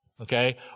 okay